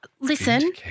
Listen